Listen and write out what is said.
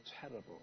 terrible